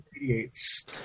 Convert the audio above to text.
radiates